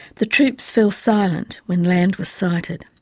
the troops fell silent when land was sighted.